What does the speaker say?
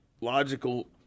logical